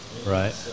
Right